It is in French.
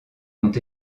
ont